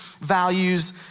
values